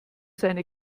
seine